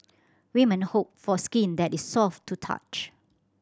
women hope for skin that is soft to the touch